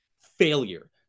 Failure